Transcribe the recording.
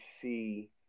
see